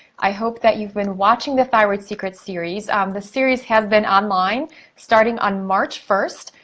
i hope that you've been watching the thyroid secret series. um the series has been online starting on march first.